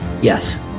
Yes